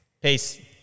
Peace